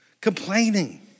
Complaining